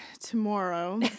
tomorrow